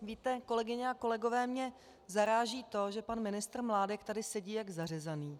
Víte, kolegyně a kolegové, mě zaráží to, že pan ministr Mládek tady sedí jak zařezaný.